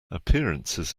appearances